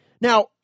Now